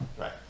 Right